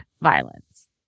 violence